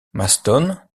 maston